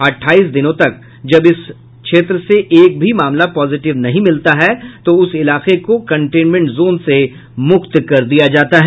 अठाईस दिनों तक जब उस क्षेत्र से एक भी मामला पॉजिटिव नहीं मिलता है तो उस इलाके को कंटेनमेंट जोन से मुक्त कर दिया जाता है